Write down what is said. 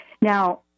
Now